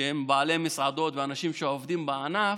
שהם בעלי מסעדות ואנשים שעובדים בענף,